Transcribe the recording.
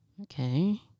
okay